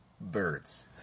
birds